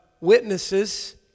witnesses